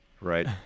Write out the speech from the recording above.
right